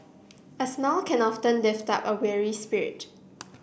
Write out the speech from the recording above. a smile can often lift up a weary spirit